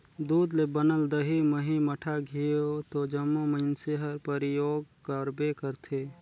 दूद ले बनल दही, मही, मठा, घींव तो जम्मो मइनसे हर परियोग करबे करथे